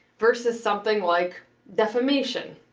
versus something like defamation.